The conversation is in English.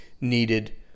needed